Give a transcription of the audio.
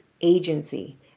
agency